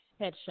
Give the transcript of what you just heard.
headshot